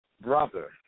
brother